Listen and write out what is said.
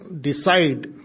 decide